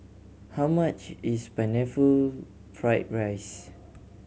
how much is Pineapple Fried rice